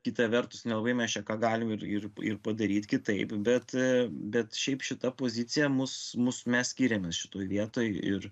kita vertus nelabai mes čia ką galim ir ir ir padaryt kitaip bet bet šiaip šita pozicija mus mus mes skiriamės šitoj vietoj ir